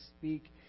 speak